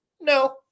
No